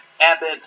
Abbott